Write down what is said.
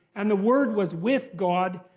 and the word was with god,